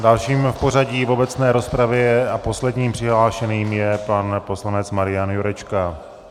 Dalším v pořadí v obecné rozpravě a posledním přihlášeným je pan poslanec Marian Jurečka.